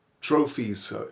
trophies